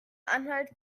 anhalt